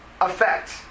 effect